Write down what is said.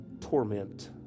torment